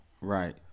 Right